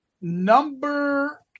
number